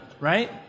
right